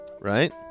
right